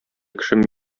кешем